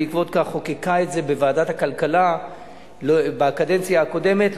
בעקבות כך חוקקה את זה ועדת הכלכלה בקדנציה הקודמת,